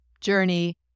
journey